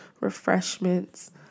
refreshments